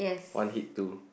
one hit two